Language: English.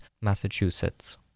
Massachusetts